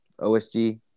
OSG